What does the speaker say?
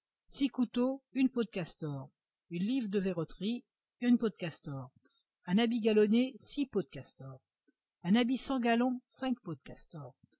six couteaux peau de castor une livre de verroterie peau de castor un habit galonné peaux de castor un habit sans galons peaux de castor